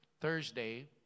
Thursday